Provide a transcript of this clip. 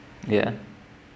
ya